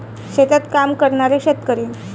शेतात काम करणारे शेतकरी